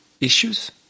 issues